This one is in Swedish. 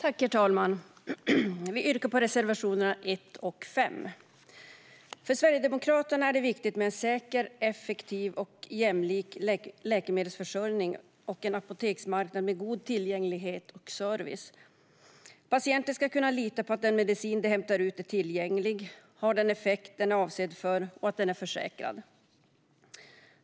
Herr talman! Jag yrkar bifall till reservationerna 1 och 5. För Sverigedemokraterna är det viktigt med en säker, effektiv och jämlik läkemedelsförsörjning och en apoteksmarknad med god tillgänglighet och service. Patienter ska kunna lita på att den medicin de hämtar ut är tillgänglig, har den effekt den är avsedd för och att den är försäkrad.